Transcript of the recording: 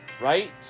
right